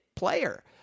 Player